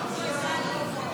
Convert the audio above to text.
אלקטרונית.